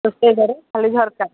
ରୋଷେଇଘରେ ଖାଲି ଝରକା